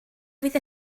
fydd